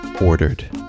ordered